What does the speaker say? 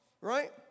Right